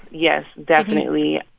yes, definitely